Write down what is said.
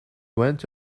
went